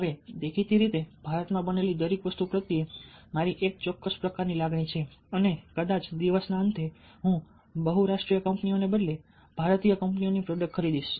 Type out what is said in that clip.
હવે દેખીતી રીતે ભારતમાં બનેલી દરેક વસ્તુ પ્રત્યે મારી એક ચોક્કસ પ્રકારની લાગણી છે અને કદાચ દિવસના અંતે હું બહુરાષ્ટ્રીય કંપનીઓને બદલે ભારતીય કંપનીઓની પ્રોડક્ટ્સ ખરીદીશ